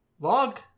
Log